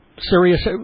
Serious